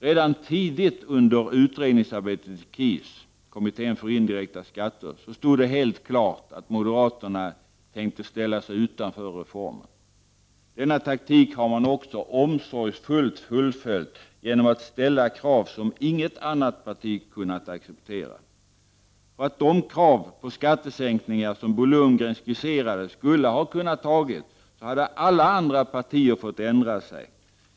Redan tidigt under utredningsarbetet i KIS — kommittén för indirekta skatter — stod det klart att moderaterna tänkte ställa sig utanför reformen. Denna taktik har man också omsorgsfullt fullföljt genom att ställa krav som inget annat parti kunnat acceptera. För att de krav på skattesänkningar som Bo Lundgren skisserade skulle ha kunnat antas skulle andra partier ha fått ändra sig.